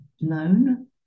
known